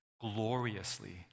gloriously